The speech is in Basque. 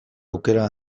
aukera